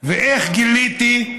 איך גיליתי?